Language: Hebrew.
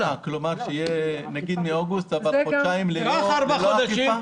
אפשר שזה יהיה מאוגוסט אבל חודשיים ללא אכיפה?